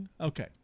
Okay